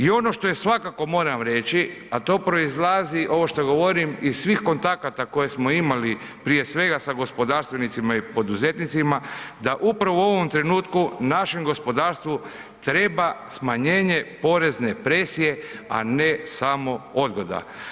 I ono što je svakako moram reći, a to proizlazi, ovo što govorim, iz svih kontakata koje smo imali, prije svega sa gospodarstvenicima i poduzetnicima da upravo u ovom trenutku našem gospodarstvu treba smanjenje porezne presije, a ne samo odgoda.